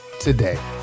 today